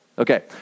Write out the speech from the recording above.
Okay